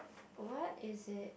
what is it